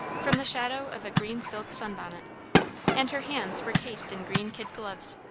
from the shadow of a green silk sun-bonnet and her hands were cased in green kid gloves.